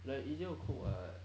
like easier to cook [what]